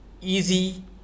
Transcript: easy